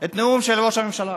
את הנאום של ראש הממשלה.